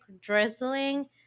drizzling